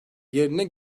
yerine